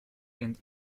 and